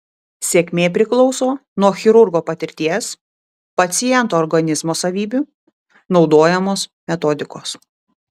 sėkmė priklauso nuo chirurgo patirties paciento organizmo savybių naudojamos metodikos